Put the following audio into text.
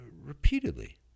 repeatedly